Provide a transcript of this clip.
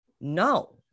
no